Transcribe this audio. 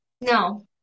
No